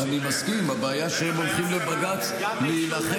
אני מסכים, הבעיה, שהם הולכים לבג"ץ להילחם.